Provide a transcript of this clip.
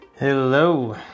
Hello